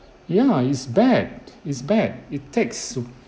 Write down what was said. ya it's bad it's bad it takes